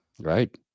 Right